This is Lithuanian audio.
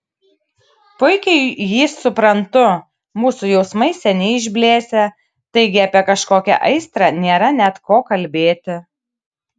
puikiai jį suprantu mūsų jausmai seniai išblėsę taigi apie kažkokią aistrą nėra net ko kalbėti